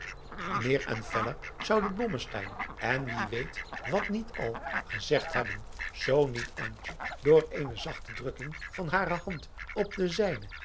meer en feller zoude blommesteyn en wie weet wat niet al gezegd hebben zoo niet antje door eene zachte drukking van hare hand op de zijne